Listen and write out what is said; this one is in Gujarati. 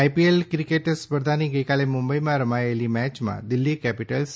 આઈપીએલ ક્રિકેટ સ્પર્ધાની ગઈકાલે મુંબઈમાં રમાયેલી મેચમાં દિલ્હી કેપીટલ્સે